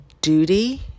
duty